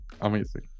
Amazing